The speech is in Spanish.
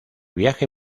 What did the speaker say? viaje